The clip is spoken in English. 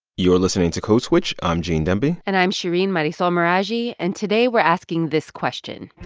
you're listening to code switch. i'm gene demby and i'm shereen marisol meraji. and today we're asking this question.